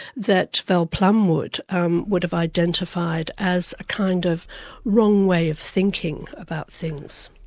that val plumwood um would have identified as a kind of wrong way of thinking about things.